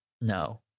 No